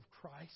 Christ